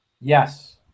Yes